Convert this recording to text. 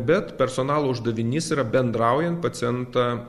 bet personalo uždavinys yra bendraujant pacientą